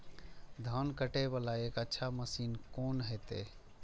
धान कटे वाला एक अच्छा मशीन कोन है ते?